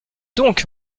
donc